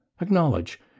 Acknowledge